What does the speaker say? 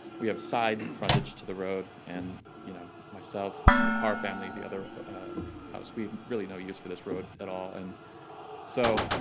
we have side frontage to the road and you know myself and the parr family, the other house, we have really no use for this road at all. and so